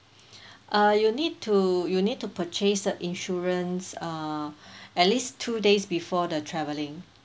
uh you need to you need to purchase the insurance uh at least two days before the traveling